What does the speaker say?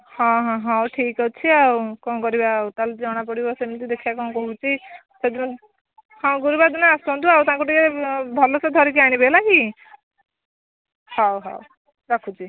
ହଁ ହଉ ଠିକ୍ ଅଛି ଆଉ କ'ଣ କରିବା ଆଉ ତା'ହେଲେ ଜଣାପଡ଼ିଯିବ ସେମିତି ଦେଖିବା କ'ଣ କହୁଛି ସେଦିନ ହଁ ଗୁରୁବାର ଦିନ ଆସନ୍ତୁ ଆଉ ତାଙ୍କୁ ଟିକେ ଭଲ ସେ ଧରିକି ଆସିବେ ହେଲା କି ହଉ ହଉ ରଖୁଛି